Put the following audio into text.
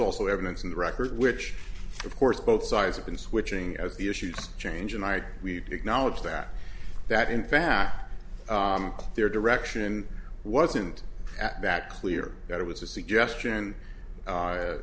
also evidence in the record which of course both sides have been switching as the issues change and i we acknowledge that that in fact their direction wasn't at that clear that it was a suggestion